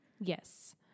Yes